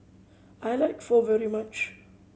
I like Pho very much